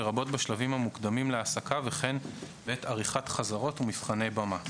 לרבות בשלבים המוקדמים להעסקה וכן בעת עריכת חזרות ומבחני במה."